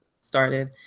started